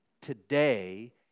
today